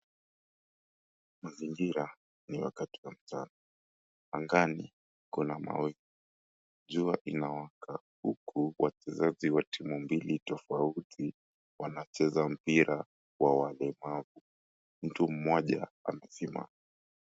Mazingira ni wakati wa mchana, angani kuna mawingu. Jua inawaka huku wachezaji wa timu mbili tofauti wanacheza mpira wa walemavu. Mtu mmoja amesimama.